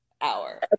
hour